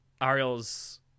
Ariel's